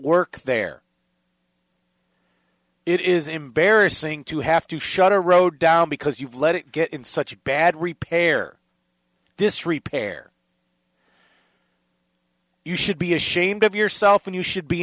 work there it is embarrassing to have to shut a road down because you've let it get in such bad repair disrepair you should be ashamed of yourself and you should be